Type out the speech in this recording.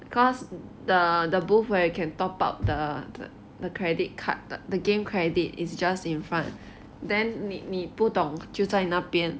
because the the booth where you can top up the the credit card the game credit is just in front then 你你不懂就在那边